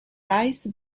rice